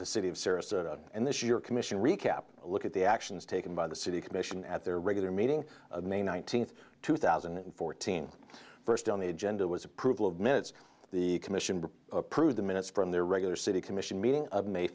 the city of sarasota and this year commission recap a look at the actions taken by the city commission at their regular meeting may nineteenth two thousand and fourteen first on the agenda was approval of minutes the commission approved the minutes from their regular city commission meeting of may